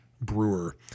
brewer